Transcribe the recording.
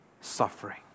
suffering